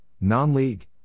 non-league